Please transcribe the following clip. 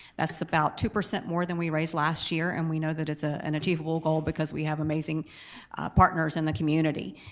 that's about two percent more than we raised last year, and we know that it's ah an achievable goal because we have amazing partners in the community.